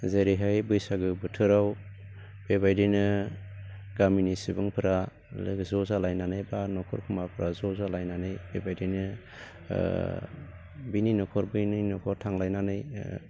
जेरैहाय बैसागो बोथोराव बेबायदिनो गामिनि सुबुंफोरा लोगो ज' जालायनानै बा न'खर गुमाफोरा ज' जालायनानै बेबायदिनो बिनि न'खर बैनि न'खर थांलायनानै